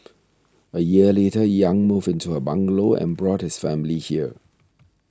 a year later Yang moved into her bungalow and brought his family here